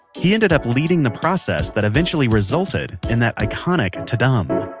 he ended up leading the process that eventually resulted in that iconic ta-dum.